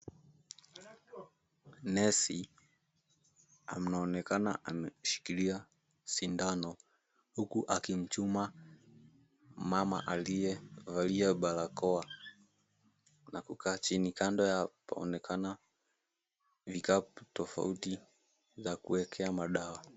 Nesi anaonekana ameshikilia sindano, huku akimchuma mama aliyevalia barakoa, na kukaa chini. Kando yao paonekana vikapu tofauti vya kuwekea madawa.